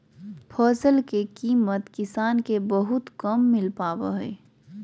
फसल के कीमत किसान के बहुत कम मिल पावा हइ